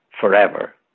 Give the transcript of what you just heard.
forever